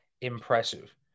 impressive